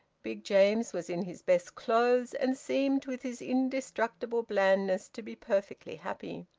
big james was in his best clothes, and seemed, with his indestructible blandness, to be perfectly happy.